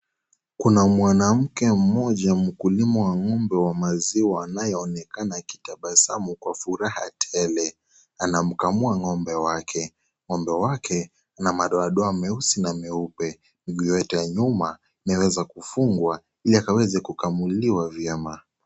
Kuna mwanamke mmoja mkulima wa ng'ombe wa maziwa anaye onekana akitabasamu kwa furaha tele anamkamua ng'ombe wake, ng'ombe wake ana madoa doa meusi na meupe miguu yote ya nyuma yameweza kufungwa ili akaweza kukamuliwa vyema.